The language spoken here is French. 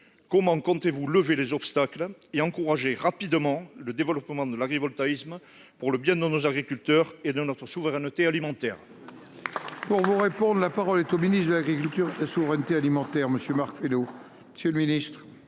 Comment comptez-vous lever les obstacles et encourager rapidement le développement de l'agrivoltaïsme, pour le bien de nos agriculteurs et de notre souveraineté alimentaire ? La parole est à M. le ministre de l'agriculture et de la souveraineté alimentaire. Monsieur